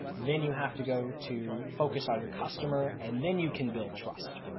then you have to go to focus on your customer and then you can build trust.